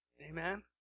Amen